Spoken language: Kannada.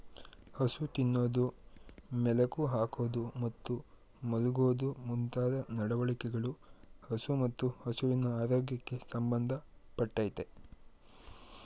ಹಸು ತಿನ್ನೋದು ಮೆಲುಕು ಹಾಕೋದು ಮತ್ತು ಮಲ್ಗೋದು ಮುಂತಾದ ನಡವಳಿಕೆಗಳು ಹಸು ಮತ್ತು ಹಸುವಿನ ಆರೋಗ್ಯಕ್ಕೆ ಸಂಬಂಧ ಪಟ್ಟಯ್ತೆ